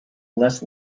less